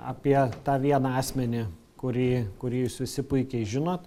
apie tą vieną asmenį kurį kurį jūs visi puikiai žinot